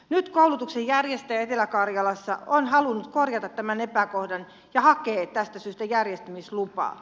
nyt koulutuksen järjestäjä etelä karjalassa on halunnut korjata tämän epäkohdan ja hakee tästä syystä järjestämislupaa